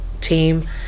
team